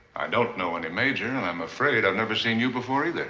don't know any major, and i'm afraid i've never seen you before, either.